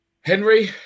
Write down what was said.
Henry